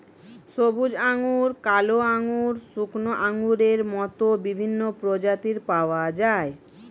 সবুজ আঙ্গুর, কালো আঙ্গুর, শুকনো আঙ্গুরের মত বিভিন্ন প্রজাতির পাওয়া যায়